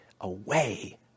away